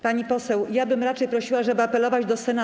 Pani poseł, ja bym raczej prosiła, żeby apelować do Senatu.